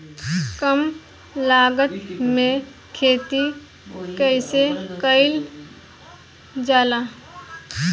कम लागत में खेती कइसे कइल जाला?